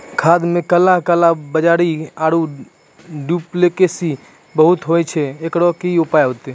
खाद मे काला कालाबाजारी आरु डुप्लीकेसी बहुत होय छैय, एकरो की उपाय होते?